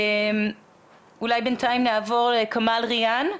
אולי בינתיים נעבור לכמאל ריאן,